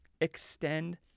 extend